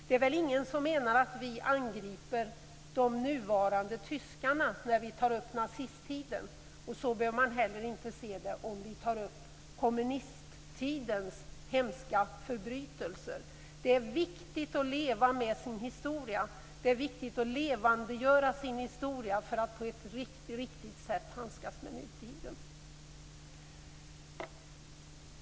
Det är väl ingen som anser att vi angriper de nuvarande tyskarna när vi tar upp nazisttiden, och så skall man inte heller se det när vi tar upp kommunisttidens hemska förbrytelser. Det är viktigt att kunna leva med sin historia, att levandegöra sin historia, för att på ett riktigt sätt kunna handskas med nutiden.